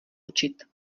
učit